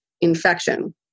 infection